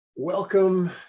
Welcome